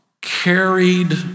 carried